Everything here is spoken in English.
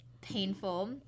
painful